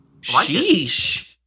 Sheesh